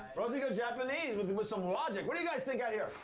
rosie goes japanese with with some logic. what do you guys think out here?